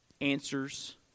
answers